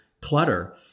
clutter